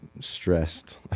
stressed